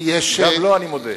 גם לו אני מודה.